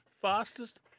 fastest